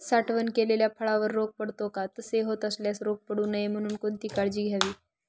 साठवण केलेल्या फळावर रोग पडतो का? तसे होत असल्यास रोग पडू नये म्हणून कोणती काळजी घ्यावी?